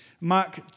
Mark